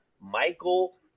Michael